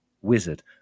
wizard